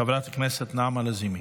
חברת הכנסת נעמה לזימי,